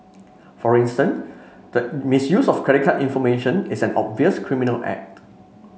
for instance the misuse of credit card information is an obvious criminal act